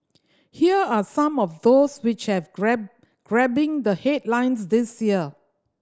here are some of those which have grab grabbing the headlines this year